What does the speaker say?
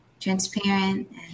transparent